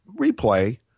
replay